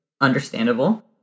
Understandable